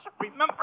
Remember